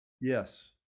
yes